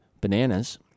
bananas